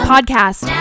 Podcast